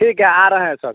ठीक है आ रहे हैं सर